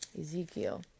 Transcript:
Ezekiel